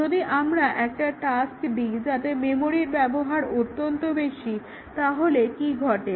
যদি আমরা একটা টাস্ক দিই যাতে মেমোরির ব্যবহার অত্যন্ত বেশি তাহলে কি ঘটে